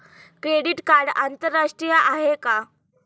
Credit card आंतरराष्ट्रीय आहे का?